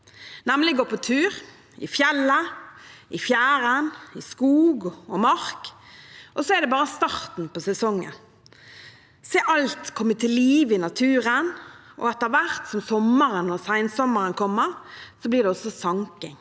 nemlig å gå på tur: i fjellet, i fjæren og i skog og mark. Og så er det bare starten på sesongen, hvor en ser alt komme til liv i naturen. Etter hvert som sommeren og sensommeren kommer, blir det også sanking,